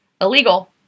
illegal